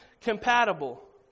compatible